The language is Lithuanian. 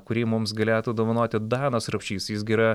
kurį mums galėtų dovanoti danas rapšys jis gi yra